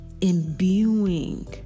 imbuing